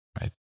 right